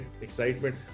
excitement